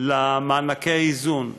למענקי האיזון,